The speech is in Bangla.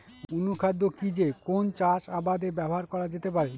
অনুখাদ্য কি যে কোন চাষাবাদে ব্যবহার করা যেতে পারে?